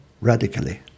radically